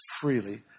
freely